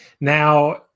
Now